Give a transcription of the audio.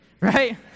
right